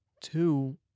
two